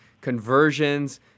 conversions